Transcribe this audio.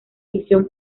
ficción